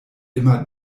immer